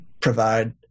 provide